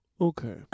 Okay